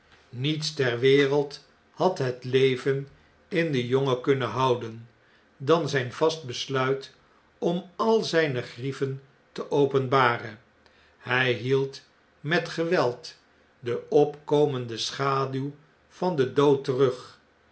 niets ter wereld had het leven in denjongen kunnen houden dan zijn vast besluit om al zijne grieven te openbaren hy hield met geweld de opkomende schaduw van den doodterug